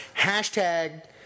Hashtag